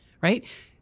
Right